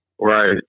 right